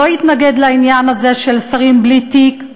לא התנגד לעניין הזה של שרים בלי תיק,